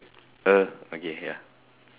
uh okay ya